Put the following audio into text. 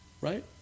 Right